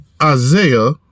Isaiah